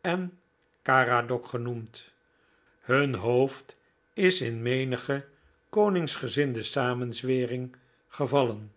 en caradoc genoemd hun hoofd is in menige koningsgezinde samenzwering gevallen